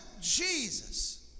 Jesus